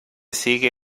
sigue